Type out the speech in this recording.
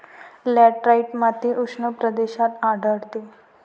laterite माती उष्ण प्रदेशात आढळते